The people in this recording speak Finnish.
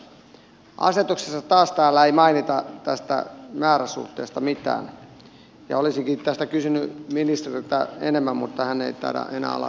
asetuksessa taas täällä ei mainita tästä määräsuhteesta mitään ja olisinkin tästä kysynyt ministeriltä enemmän mutta hän ei taida enää olla läsnä täällä